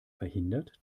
verhindert